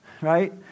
right